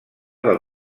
del